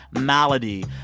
malady,